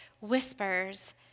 whispers